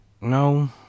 No